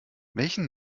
welchen